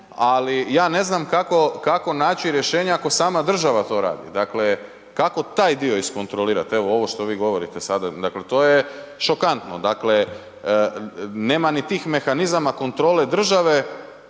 ali ja ne znam kako naći rješenje ako sama država to radi, dakle kako taj dio iskontrolirati, evo ovo što vi govorite sada, dakle to je šokantno. Dakle nema ni tih mehanizama kontrole države